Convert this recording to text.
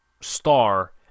star